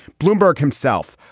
bloomberg himself,